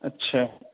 اچھا